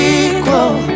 equal